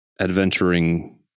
adventuring